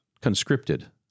conscripted